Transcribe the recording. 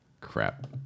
Crap